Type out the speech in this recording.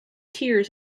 tears